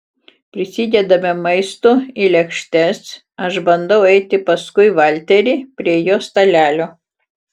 prisidedame maisto į lėkštes aš bandau eiti paskui valterį prie jo stalelio